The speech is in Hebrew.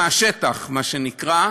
מהשטח, מה שנקרא,